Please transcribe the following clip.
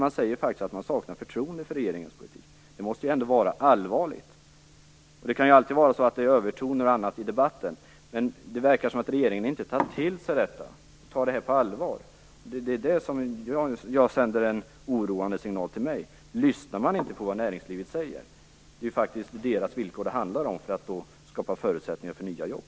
Man säger faktiskt att man saknar förtroende för regeringens politik. Det måste väl ändå vara allvarligt? Det kan ju alltid förekomma övertoner i debatten, men det verkar som att regeringen inte tar till sig detta och inte tar det på allvar. Det sänder en oroande signal till mig. Lyssnar inte regeringen på vad näringslivet säger? Det är ju näringslivets villkor det handlar om för att kunna skapa förutsättningar för nya jobb.